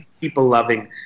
people-loving